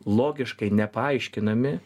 logiškai nepaaiškinami